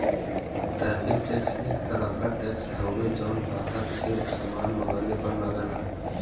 tariff tax एक तरह क टैक्स हउवे जौन बाहर से सामान मंगवले पर लगला